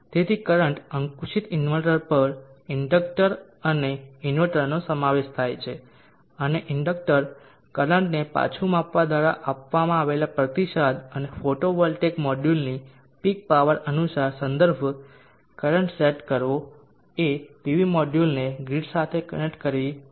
તેથી કરંટ અંકુશિત ઇન્વર્ટર પર ઇન્ડેક્ટર અને ઇન્વર્ટરનો સમાવેશ થાય છે અને ઇન્ડકટર કરંટને પાછું માપવા દ્વારા આપવામાં આવેલા પ્રતિસાદ અને ફોટોવોલ્ટેઇક મોડ્યુલની પીક પાવર અનુસાર સંદર્ભ કરંટ સેટ કરવો એ પીવી મોડ્યુલોને ગ્રીડ સાથે કનેક્ટ કરવાની ખૂબ અસરકારક રીત હશે